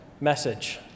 message